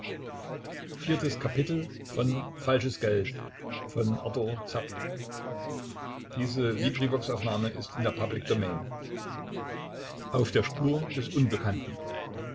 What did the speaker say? zu entwirren auf der spur des unbekannten